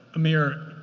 amir,